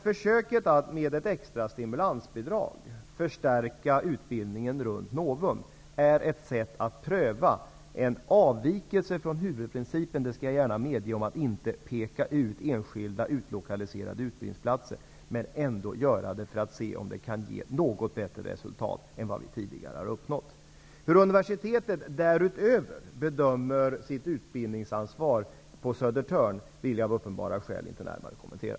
Försöket att med ett extra stimulansbidrag förstärka utbildningen runt Novum är ett sätt att pröva en avvikelse från huvudprincipen att inte peka ut enskilda utlokaliserade utbildningsplatser. Det skall jag gärna medge. Men vi ville ändå göra det för att se om det kan ge ett något bättre resultat än vad vi tidigare har uppnått. Hur universitetet därutöver bedömer sitt utbildningsansvar på Södertörn vill jag av uppenbara skäl inte närmare kommentera.